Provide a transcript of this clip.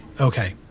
Okay